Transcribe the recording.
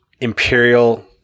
Imperial